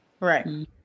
Right